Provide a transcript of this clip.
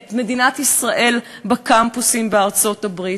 מדינת ישראל בקמפוסים בארצות-הברית.